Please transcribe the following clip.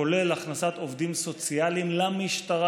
כולל הכנסת עובדים סוציאליים למשטרה,